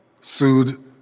sued